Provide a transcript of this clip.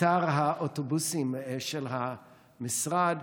אתר האוטובוסים של המשרד.